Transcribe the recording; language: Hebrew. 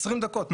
20 דקות.